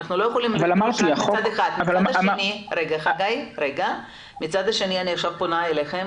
מצד שני, אני עכשיו פונה אליכם.